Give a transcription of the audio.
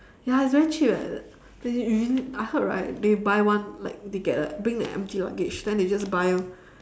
ya it's very cheap leh the they really I heard right they buy one like they get the bring a empty luggage and then they just buy